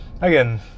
Again